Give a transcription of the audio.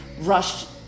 rushed